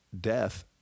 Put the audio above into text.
death